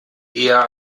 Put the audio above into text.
eher